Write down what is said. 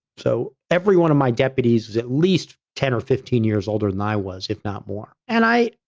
so, every one of my deputies is at least ten or fifteen years older than i was, if not more, and i,